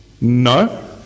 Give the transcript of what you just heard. No